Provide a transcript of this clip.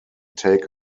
take